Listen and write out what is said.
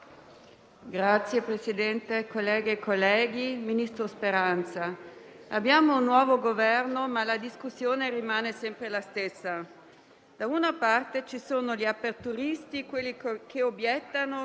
da una parte, ci sono gli aperturisti, quelli che obiettano che si muore più con la crisi economica che con quella sanitaria; dall'altra, ci sono i rigoristi, che ricordano che col virus non si scherza.